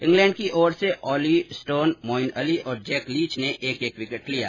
England की ओर से ऑली स्टोन मोईन अली और जैक लीच ने एक एक विकेट लिया